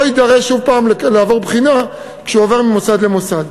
לא יידרש לעבור שוב בחינה כשהוא עובר ממוסד למוסד.